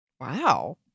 Wow